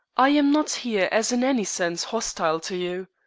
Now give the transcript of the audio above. i am not here as in any sense hostile to you.